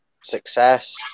success